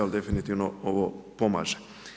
Ali definitivno ovo pomaže.